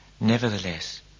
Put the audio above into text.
nevertheless